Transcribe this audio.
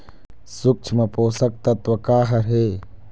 सूक्ष्म पोषक तत्व का हर हे?